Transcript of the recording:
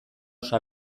oso